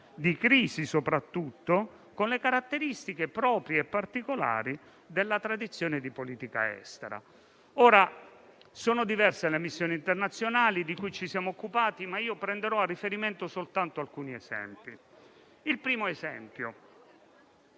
di crisi, con le caratteristiche proprie e particolari della nostra tradizione di politica estera. Sono diverse le missioni internazionali di cui ci siamo occupati, ma prenderò a riferimento soltanto alcuni esempi. Il primo esempio